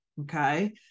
Okay